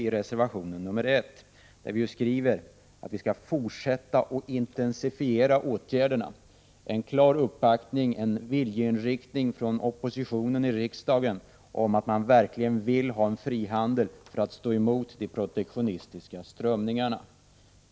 I reservation 1 skriver vi att Sverige måste fortsätta att intensifiera ansträngningarna. Det är en klar viljeinriktning från riksdagsoppositionens sida: oppositionen vill verkligen ha frihandel och önskar motverka de protektionistiska strömningarna.